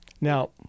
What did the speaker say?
Now